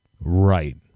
Right